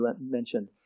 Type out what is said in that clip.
mentioned